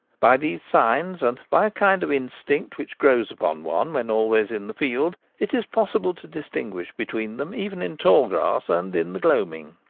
by these signs, and by a kind of instinct which grows upon one when always in the field, it is possible to distinguish between them even in tall grass and in the gloaming.